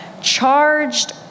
Charged